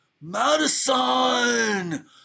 Madison